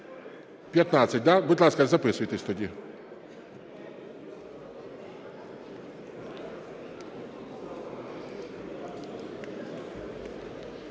да? Будь ласка, записуйтесь тоді.